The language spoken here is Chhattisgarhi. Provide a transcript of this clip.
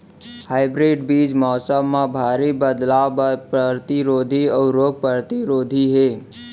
हाइब्रिड बीज मौसम मा भारी बदलाव बर परतिरोधी अऊ रोग परतिरोधी हे